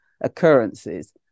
occurrences